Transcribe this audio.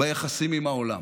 ביחסים עם העולם.